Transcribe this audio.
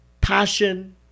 passion